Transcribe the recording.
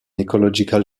ecological